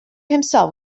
himself